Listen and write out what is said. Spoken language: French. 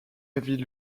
ville